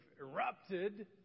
erupted